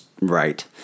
Right